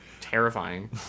Terrifying